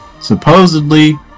supposedly